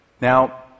Now